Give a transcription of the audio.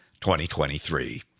2023